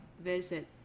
visit